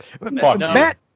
Matt